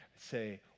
say